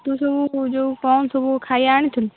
ତୁ ସବୁ ତୁ ଯେଉଁ କ'ଣ ସବୁ ଖାଇବା ଆଣିଥିଲୁ